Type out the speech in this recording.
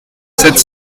sept